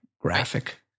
graphic